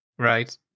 Right